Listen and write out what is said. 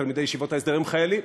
תלמידי ישיבות ההסדר הם חיילים,